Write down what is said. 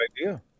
idea